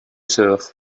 sœurs